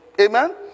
Amen